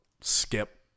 skip